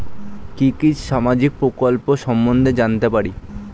কি কি সামাজিক প্রকল্প সম্বন্ধে জানাতে পারি?